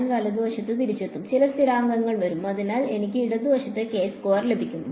ഞാൻ വലതുവശത്ത് തിരിച്ചെത്തും ചില സ്ഥിരാങ്കങ്ങൾ വരും അതിനാൽ എനിക്ക് ഇടതുവശത്ത് ലഭിക്കും